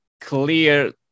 clear